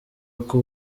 uko